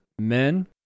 men